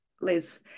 Liz